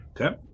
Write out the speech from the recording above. Okay